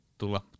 tulla